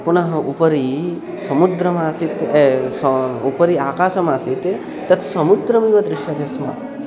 पुनः उपरि समुद्रमासीत् सः उपरि आकाशमासीत् तत् समुद्रमिव दृश्यते स्म